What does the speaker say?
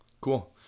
Cool